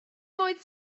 oedd